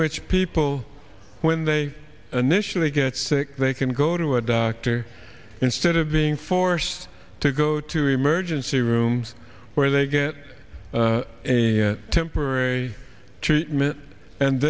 which people when they initially get sick they can go to a doctor instead of being forced to go to emergency rooms where they get temporary treatment and